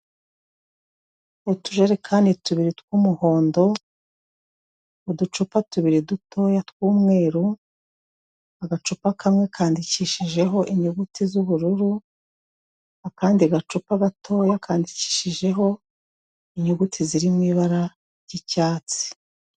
Utujerekani tubiri tw'umuhondo, uducupa tubiri dutoya tw'umweru, agacupa kamwe kandikishijeho inyuguti z'ubururu, akandi gacupa gato yakandikishijeho inyuguti ziri mu ibara ry'icyatsi.